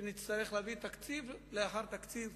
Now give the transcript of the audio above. שנצטרך להביא תקציב אחר תקציב,